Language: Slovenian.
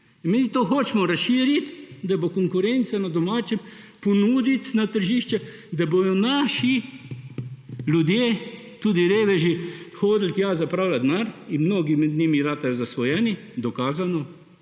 Mi to hočemo razširiti, da bo konkurenca na domačem trgu, ponuditi na tržišče, da bodo naši ljudje, tudi reveži hodili tja zapravljat denar – mnogi med njimi postanejo zasvojeni, dokazano,